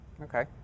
Okay